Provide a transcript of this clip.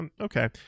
okay